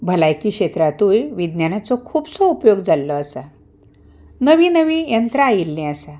भलायकी क्षेत्रांतूय विज्ञानाचो खुबसो उपयोग जाल्लो आसा नवीं नवीं यंत्रां आयिल्लीं आसा